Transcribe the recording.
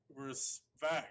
respect